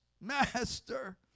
Master